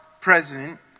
president